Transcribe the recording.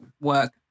work